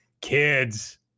kids